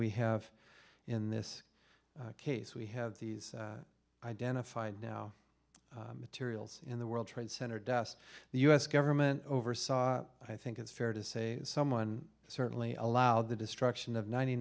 we have in this case we have these identified now materials in the world trade center deaths the u s government oversaw i think it's fair to say someone certainly allowed the destruction of ninety